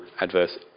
adverse